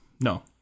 No